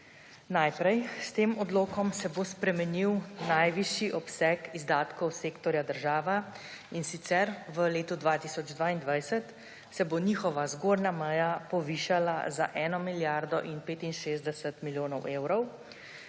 Najprej. S tem odlokom se bo spremenil najvišji obseg izdatkov sektorja država, in sicer se bo v letu 2022 njihova zgornja meja povišala za 1 milijardo in 65 milijonov evrov,